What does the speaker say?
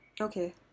Okay